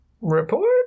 report